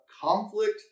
conflict